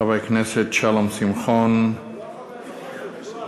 חבר הכנסת שלום שמחון, אני לא חבר כנסת, פואד.